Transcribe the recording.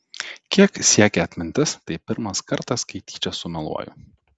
kiek siekia atmintis tai pirmas kartas kai tyčia sumeluoju